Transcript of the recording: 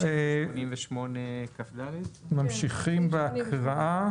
אנחנו ממשיכים בהקראה.